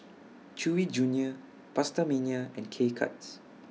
Chewy Junior PastaMania and K Cuts